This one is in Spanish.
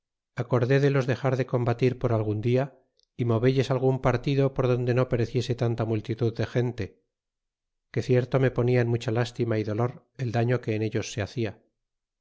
acorde de los dexar de combatir por algun dia y movelles gun pa tido por donde no pereciese tanta multitud de gente que cierto me ponla en mucha lástima y dolor el daño que en a ellos se hacia